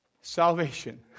Salvation